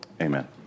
Amen